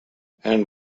and